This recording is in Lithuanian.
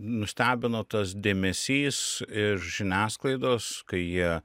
nustebino tas dėmesys iš žiniasklaidos kai jie